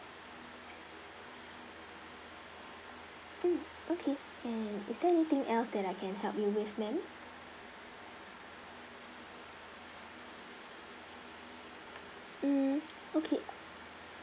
mm okay and is there anything else that I can help you with ma'am mm okay